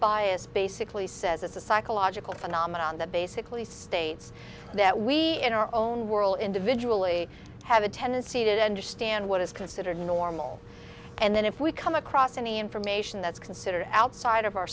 bias basically says it's a psychological phenomenon that basically states that we in our own world individually have a tendency to understand what is considered normal and then if we come across any information that's considered outside of our